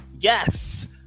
Yes